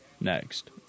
next